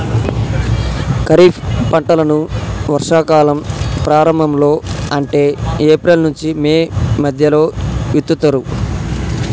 ఖరీఫ్ పంటలను వర్షా కాలం ప్రారంభం లో అంటే ఏప్రిల్ నుంచి మే మధ్యలో విత్తుతరు